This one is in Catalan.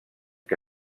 que